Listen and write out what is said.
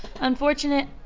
unfortunate